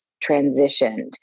transitioned